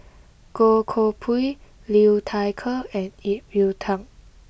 Goh Koh Pui Liu Thai Ker and Ip Yiu Tung